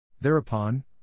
Thereupon